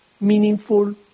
meaningful